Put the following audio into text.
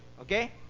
okay